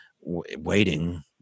waiting